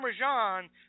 parmesan